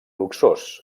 luxós